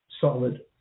solid